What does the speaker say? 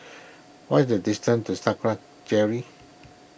what is the distance to Sakra Jerry